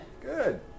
Good